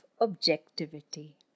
objectivity